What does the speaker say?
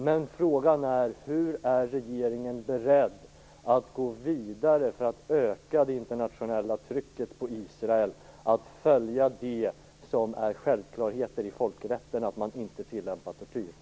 Men frågan är: Hur är regeringen beredd att gå vidare för att öka det internationella trycket på Israel att följa det som är självklarheter i folkrätten, att man inte tillämpar tortyr?